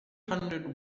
hundred